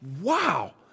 Wow